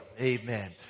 Amen